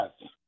Yes